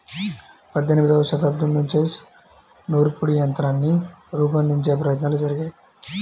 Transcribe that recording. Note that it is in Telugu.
పద్దెనిమదవ శతాబ్దం నుంచే నూర్పిడి యంత్రాన్ని రూపొందించే ప్రయత్నాలు జరిగాయి